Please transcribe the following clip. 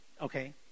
Okay